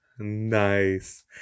nice